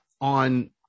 on